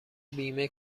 بیمه